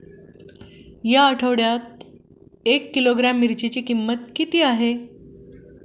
या आठवड्यात एक किलोग्रॅम मिरचीची किंमत किती आहे?